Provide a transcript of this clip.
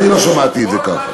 אני לא שמעתי את זה כאן.